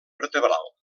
vertebral